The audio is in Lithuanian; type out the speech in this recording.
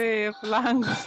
taip langus